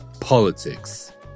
politics